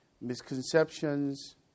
misconceptions